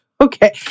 Okay